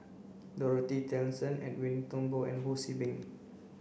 Dorothy Tessensohn Edwin Thumboo and Ho See Beng